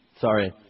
sorry